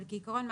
אבל כעיקרון,